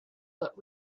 but